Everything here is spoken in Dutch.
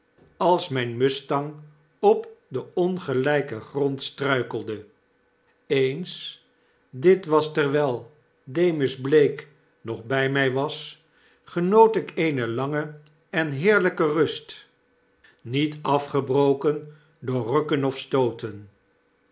als inyn mustang op den ongelyken grond struikelde eens dit was terwijl demus blake nog bij my was genoot ik eene lange en heerlyke rust niet afgebroken door rukken of stooten